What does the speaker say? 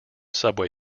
subway